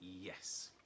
yes